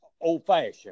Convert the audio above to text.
old-fashioned